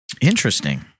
Interesting